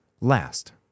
last